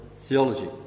theology